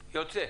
יוצא,